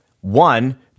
One